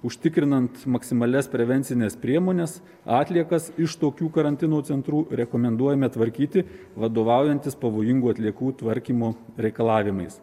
užtikrinant maksimalias prevencines priemones atliekas iš tokių karantino centrų rekomenduojame tvarkyti vadovaujantis pavojingų atliekų tvarkymo reikalavimais